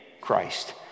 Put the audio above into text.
Christ